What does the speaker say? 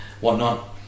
whatnot